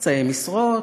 חצאי משרות.